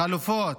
חלופות.